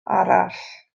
arall